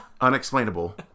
unexplainable